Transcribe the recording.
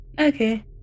okay